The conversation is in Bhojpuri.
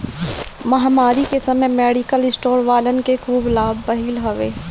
महामारी के समय मेडिकल स्टोर वालन के खूब लाभ भईल हवे